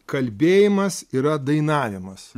kalbėjimas yra dainavimas